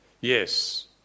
Yes